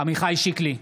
עמיחי שיקלי,